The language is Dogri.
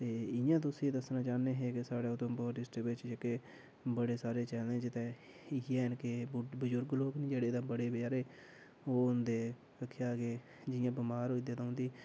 ते इ'यां तु'सें गी दसन्ना चाह्न्ने हे के साढ़े उधमपुर डिस्ट्रिक्ट च जेह्के बड़े सारे चैलैंज ते इ'यै न के बजुर्ग लोग न जेह्ड़े ते बड़े बचैरे ओ होंदे केह् आखेआ गै जि'यां बमार होई जंदे ते उंदी